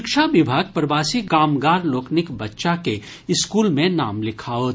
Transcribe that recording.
शिक्षा विभाग प्रवासी कामगार लोकनिक बच्चा के स्कूल मे नाम लिखाओत